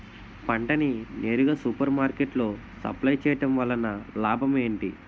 పంట ని నేరుగా సూపర్ మార్కెట్ లో సప్లై చేయటం వలన లాభం ఏంటి?